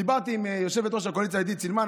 דיברתי עם יושבת-ראש הקואליציה עידית סילמן,